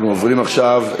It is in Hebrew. אנחנו עוברים עכשיו,